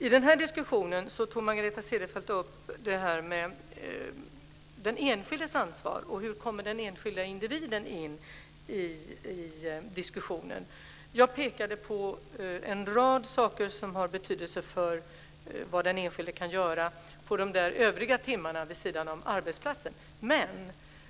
I den här diskussionen tog Margareta Cederfelt upp frågan om den enskildes ansvar och hur den enskilde individen kommer in i diskussionen. Jag pekade på en rad saker som har betydelse för vad den enskilde kan göra på de övriga timmarna, vid sidan om arbetsplatsen.